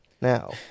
now